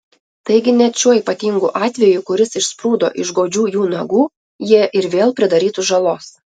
taigi net šiuo ypatingu atveju kuris išsprūdo iš godžių jų nagų jie ir vėl pridarytų žalos